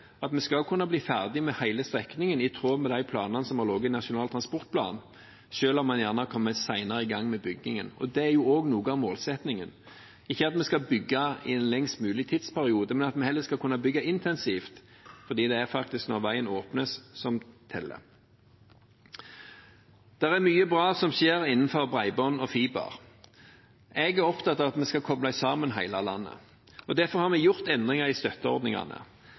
at man skal kunne bli ferdig med hele strekningen i tråd med de planene som har ligget i Nasjonal transportplan, selv om man kanskje kommer senere i gang med byggingen. Og det er også noe av målsettingen – ikke at vi skal bygge i en lengst mulig tidsperiode, men at vi heller skal bygge intensivt, for det er faktisk når veien åpner, som teller. Det skjer mye bra når det gjelder bredbånd og fiber. Jeg er opptatt av at vi skal koble sammen hele landet. Derfor har vi gjort endringer i støtteordningene.